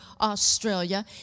Australia